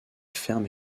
ferme